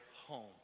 home